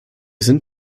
sind